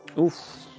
Oof